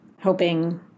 hoping